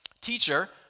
Teacher